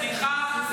סליחה?